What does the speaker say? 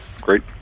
great